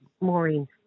Maureen